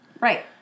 Right